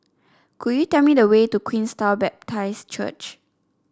could you tell me the way to Queenstown Baptist Church